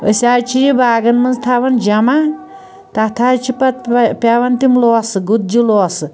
أسۍ حظ چھِ یہِ باغن منٛز تھاوان جمع تَتھ حظ چھُ پَتہٕ پیٚوان تِم لوسہٕ گُتجہِ لوسہٕ